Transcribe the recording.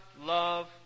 love